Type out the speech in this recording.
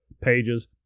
pages